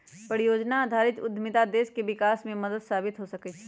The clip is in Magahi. परिजोजना आधारित उद्यमिता देश के विकास में मदद साबित हो सकइ छै